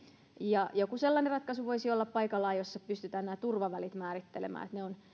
joku sellainen ratkaisu voisi olla paikallaan jossa pystytään nämä turvavälit määrittelemään että ne ovat